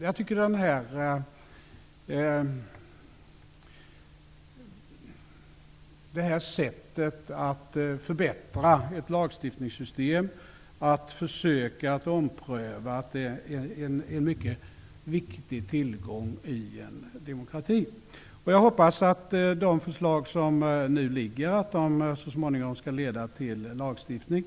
Jag tycker att detta sätt att förbättra ett lagstiftningssystem, dvs. att försöka ompröva, är en mycket viktig tillgång i en demokrati. Jag hoppas att de förslag som nu har lagts fram så småningom skall leda till lagstiftning.